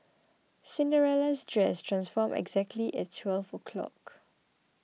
Cinderella's dress transformed exactly at twelve o'clock